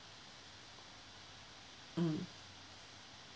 mm